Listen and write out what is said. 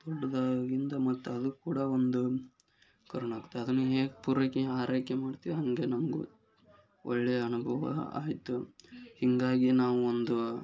ದೊಡ್ಡದಾಗಿದ ಮತ್ತು ಅದು ಕೂಡ ಒಂದು ಕರುನ ಹಾಕ್ತು ಅದನ್ನು ಹೇಗೆ ಪೂರೈಕೆ ಆರೈಕೆ ಮಾಡ್ತೀವಿ ಹಾಗೆ ನನಗೂ ಒಳ್ಳೆಯ ಅನುಭವ ಆಯಿತು ಹೀಗಾಗಿ ನಾವೊಂದು